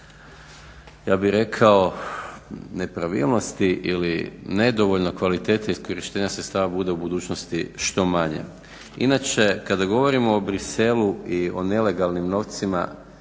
ja bih rekao nepravilnosti ili nedovoljno kvalitete iskorištenja sredstava bude u budućnosti što manje. Inače kada govorimo o Bruxellesu i o nelegalnim novcima,